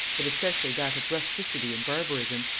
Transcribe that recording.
but especially that of rusticity and barbarism,